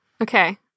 okay